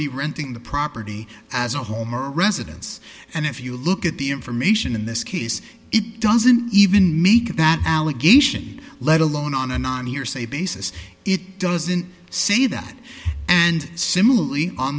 be renting the property as a residence and if you look at the information in this case it doesn't even make that allegation let alone on a non hearsay basis it doesn't say that and similarly on